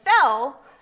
fell